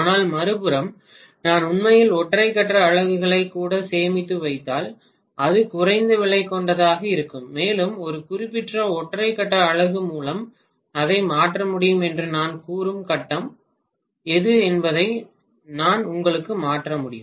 ஆனால் மறுபுறம் நான் உண்மையில் ஒற்றை கட்ட அலகுகளை கூட சேமித்து வைத்தால் அது குறைந்த விலை கொண்டதாக இருக்கும் மேலும் ஒரு குறிப்பிட்ட ஒற்றை கட்ட அலகு மூலம் அதை மாற்ற முடியும் என்று நான் கூறும் கட்டம் எது என்பதை நான் உங்களுக்கு மாற்ற முடியும்